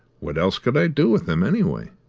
what else could i do with them anyway?